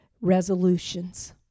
resolutions